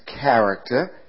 character